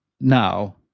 now